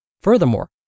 Furthermore